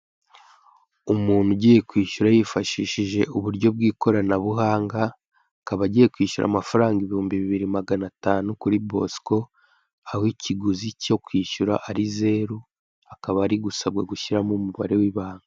Umuntu ugiye kwishyura yifashije uburyo bw'ikoranabuhanga akaba agiye kwishyura amafaranga ibihumbi bibi magana atanu kuri Bosco, aho ikiguzi cyo kwishyura ari zeru akaba ari gusabwa gushyiramo umubare w'ibanga.